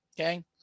Okay